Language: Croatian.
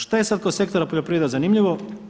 Šta je sad kod sektora poljoprivrede zanimljivo?